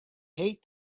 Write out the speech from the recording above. hate